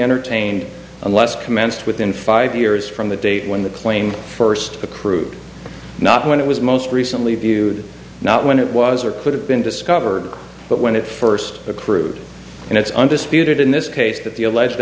entertained unless commenced within five years from the date when the claim first accrued not when it was most recently viewed not when it was or could have been discovered but when it first accrued and it's undisputed in this case that the alleged